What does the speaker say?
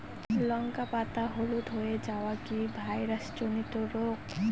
লঙ্কা পাতা হলুদ হয়ে যাওয়া কি ভাইরাস জনিত রোগ?